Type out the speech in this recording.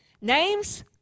names